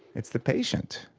it's the patient,